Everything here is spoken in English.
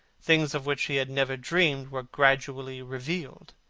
things of which he had never dreamed were gradually revealed.